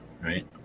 right